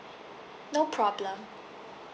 no problem